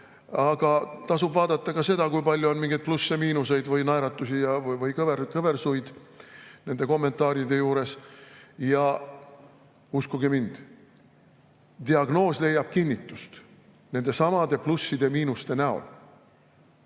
Aga tasub vaadata ka seda, kui palju on mingeid plusse-miinuseid või naeratusi ja kõversuid nende kommentaaride juures. Ja uskuge mind, diagnoos leiab kinnitust nendesamade plusside ja miinuste näol.